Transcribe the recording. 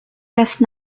just